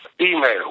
email